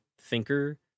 thinker